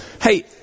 hey